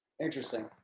interesting